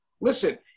Listen